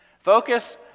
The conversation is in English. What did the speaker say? focus